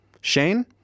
Shane